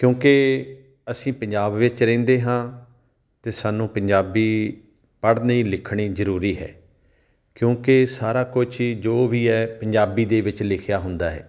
ਕਿਉਂਕਿ ਅਸੀਂ ਪੰਜਾਬ ਵਿੱਚ ਰਹਿੰਦੇ ਹਾਂ ਅਤੇ ਸਾਨੂੰ ਪੰਜਾਬੀ ਪੜ੍ਹਨੀ ਲਿਖਣੀ ਜ਼ਰੂਰੀ ਹੈ ਕਿਉਂਕਿ ਸਾਰਾ ਕੁਛ ਹੀ ਜੋ ਵੀ ਹੈ ਪੰਜਾਬੀ ਦੇ ਵਿੱਚ ਲਿਖਿਆ ਹੁੰਦਾ ਹੈ